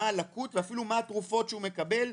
מה הלקות ואפילו מה התרופות שהוא מקבל,